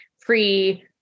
pre